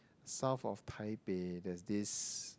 south of Taipei there's this